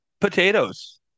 potatoes